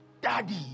Daddy